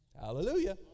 Hallelujah